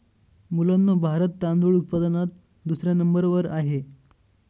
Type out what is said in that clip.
मुलांनो भारत तांदूळ उत्पादनात दुसऱ्या नंबर वर आहे